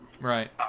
Right